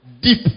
Deep